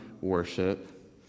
worship